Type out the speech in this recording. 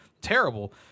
terrible